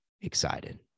excited